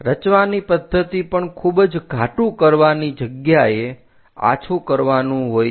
રચવાની પદ્ધતિ પણ ખૂબ જ ઘાટું કરવાની જગ્યાએ આછું કરવાનું હોય છે